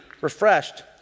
refreshed